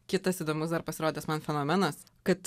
kitas įdomus dar pasirodęs man fenomenas kad